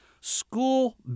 School